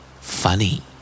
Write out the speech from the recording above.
Funny